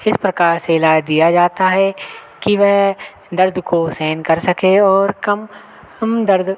इस प्रकार से इलाज दिया जाता है कि वह दर्द को सहन कर सके और कम हम दर्द